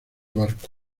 barco